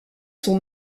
sont